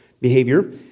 behavior